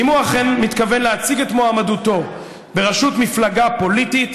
אם הוא אכן מתכוון להציג את מועמדותו בראשות מפלגה פוליטית,